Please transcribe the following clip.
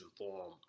inform